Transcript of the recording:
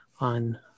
on